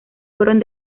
fueron